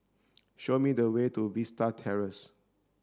show me the way to Vista Terrace